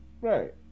right